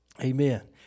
Amen